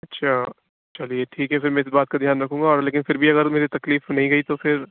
اچھا چلیے ٹھیک ہے پھر میں اِس بات کا دھیان رکھوں گا اور لیکن پھر بھی اگر میری تکلیف نہیں گئی تو پھر